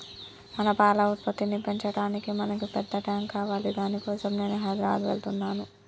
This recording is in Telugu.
మన పాల ఉత్పత్తిని పెంచటానికి మనకి పెద్ద టాంక్ కావాలి దాని కోసం నేను హైదరాబాద్ వెళ్తున్నాను